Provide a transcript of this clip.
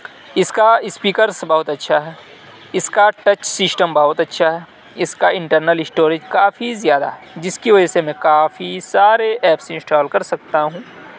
اس کا اسپیکرس بہت اچھا ہے اس کا ٹچ سسٹم بہت اچھا ہے اس کا انٹرنل اسٹوریج کافی زیادہ ہے جس کی وجہ سے میں کافی سارے ایپس انسٹال کر سکتا ہوں